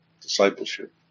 discipleship